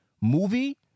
movie